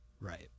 Right